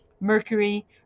mercury